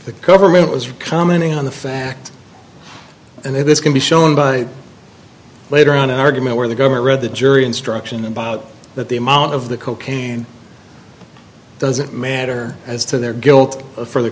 the government was commenting on the fact and if this can be shown by later on an argument where the government read the jury instruction about that the amount of the cocaine doesn't matter as to their guilt for the